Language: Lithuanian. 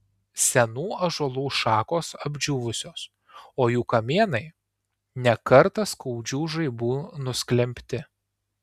senų ąžuolų šakos apdžiūvusios o jų kamienai ne kartą skaudžių žaibų nusklembti